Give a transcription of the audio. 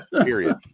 period